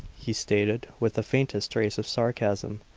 he stated with the faintest trace of sarcasm.